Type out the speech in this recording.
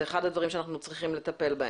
זה אחד הדברים שאנחנו צריכים לטפל בהם.